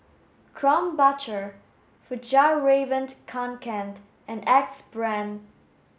Krombacher Fjallraven Kanken and Axe Brand